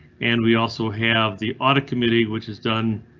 and we also have the audit committee, which is done.